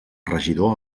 regidor